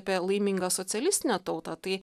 apie laimingą socialistinę tautą tai